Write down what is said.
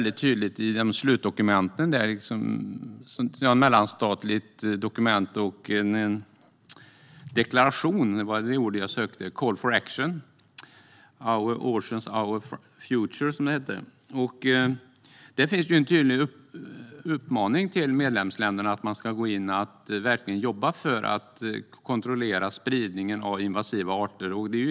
I slutdokumentet, den mellanstatliga deklarationen Our Ocean, Our Future: Call for Action , finns en tydlig uppmaning till medlemsländerna att jobba för att kontrollera spridningen av invasiva arter.